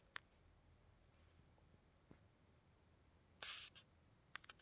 ಉತ್ಪನ್ನಾ ಹೆಚ್ಚ ಬರತತಿ, ಆದರ ಒಮ್ಮೆ ಲಾಭಾನು ಆಗ್ಬಹುದು ನಷ್ಟಾನು ಆಗ್ಬಹುದು